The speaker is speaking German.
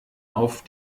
auf